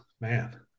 man